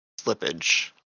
slippage